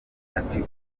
ati